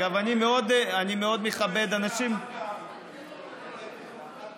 אגב, אני מאוד מכבד אנשים, תיקחו את זה אחר כך